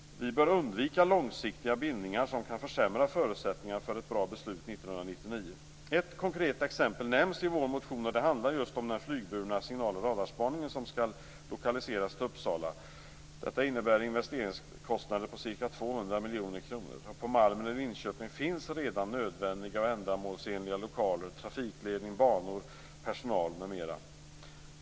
Vi bör undvika långsiktiga bindningar som kan försämra förutsättningarna för ett bra beslut 1999. Ett konkret exempel nämns i vår motion. Det handlar om den flygburna signal och radarspaningen som skall lokaliseras till Uppsala. Detta innebär investeringskostnader på ca 200 miljoner kronor. På Malmen i Linköping finns redan nödvändiga och ändamålsenliga lokaler, trafikledning, banor, personal m.m.